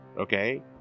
Okay